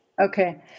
Okay